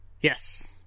Yes